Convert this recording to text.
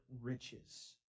riches